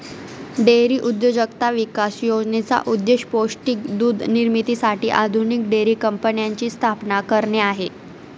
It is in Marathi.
डेअरी उद्योजकता विकास योजनेचा उद्देश पौष्टिक दूध निर्मितीसाठी आधुनिक डेअरी कंपन्यांची स्थापना करणे आहे